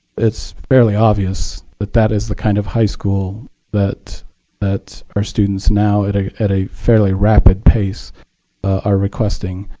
it's fairly obvious that that is the kind of high school that that our students now at ah at a fairly rapid pace are requesting,